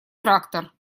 трактор